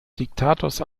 diktators